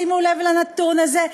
שימו לב לנתון הזה,